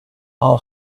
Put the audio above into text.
how